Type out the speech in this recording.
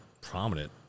prominent